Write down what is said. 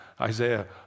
Isaiah